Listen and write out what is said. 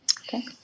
Okay